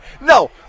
No